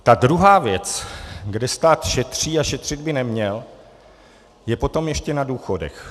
Ta druhá věc, kde stát šetří a šetřit by neměl, je potom ještě na důchodech.